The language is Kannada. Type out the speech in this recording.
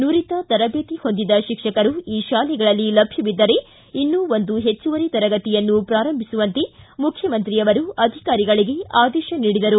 ನುರಿತ ತರಬೇತಿ ಹೊಂದಿದ ಶಿಕ್ಷಕರು ಈ ಶಾಲೆಗಳಲ್ಲಿ ಲಭ್ಯವಿದ್ದರೆ ಇನ್ನು ಒಂದು ಪೆಚ್ಚುವರಿ ತರಗತಿಯನ್ನು ಪೂರಂಭಿಸುವಂತೆ ಮುಖ್ಯಮಂತ್ರಿ ಅವರು ಅಧಿಕಾರಿಗಳಿಗೆ ಆದೇಶಿಸಿದರು